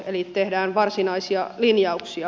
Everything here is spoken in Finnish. eli tehdään varsinaisia linjauksia